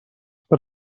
per